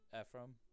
Ephraim